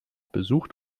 besucht